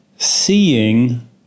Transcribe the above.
Seeing